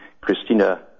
Christina